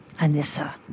Anissa